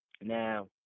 Now